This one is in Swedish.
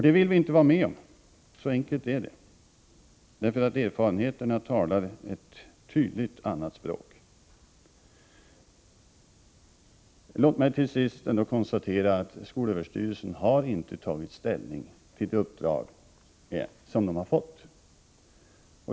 Det vill vi inte vara med om — så enkelt är det — därför att erfarenheterna tydligt talar ett annat språk. Låt mig till sist konstatera att skolöverstyrelsen ännu inte har tagit ställning till det uppdrag som den har fått.